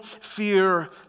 fear